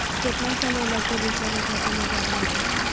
केतना समय लगतैय दुसर के खाता में जाय में पैसा?